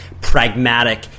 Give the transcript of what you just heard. pragmatic